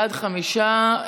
בעד, חמישה.